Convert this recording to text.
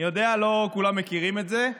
אני יודע שלא כולם מכירים את זה.